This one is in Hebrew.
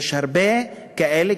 יש הרבה כאלה,